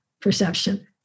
perception